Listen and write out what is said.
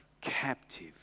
captive